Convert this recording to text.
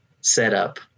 setup